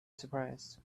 surprised